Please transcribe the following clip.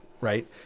right